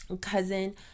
cousin